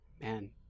Man